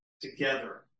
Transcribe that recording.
together